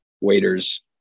waiters